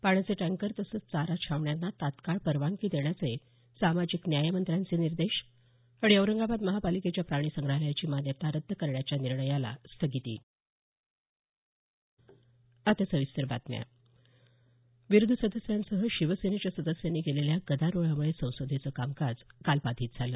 पाण्याचे टँकर तसंच चारा छावण्यांना तत्काळ परवानगी देण्याचे सामाजिक न्यायमंत्र्यांचे निर्देश आणि ेश औरंगाबाद महापालिकेच्या प्राणिसंग्रहालयाची मान्यता रद्द करण्याच्या निर्णयाला स्थगिती विरोधी सदस्यांसह शिवसेनेच्या सदस्यांनी केलेल्या गदारोळामुळे संसदेचं कामकाज काल बाधित झालं